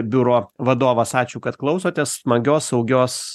biuro vadovas ačiū kad klausotės smagios saugios